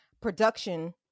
production